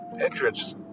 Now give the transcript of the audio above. entrance